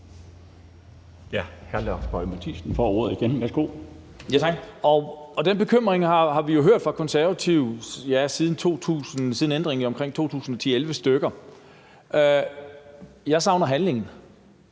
Den bekymring har vi jo hørt fra Konservative siden ændringen i omkring 2010-2011. Jeg savner handling.